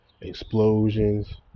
explosions